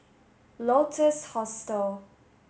Lotus Hostel